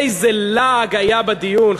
איזה לעג היה בדיון.